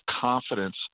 confidence